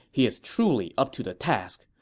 he's truly up to the task.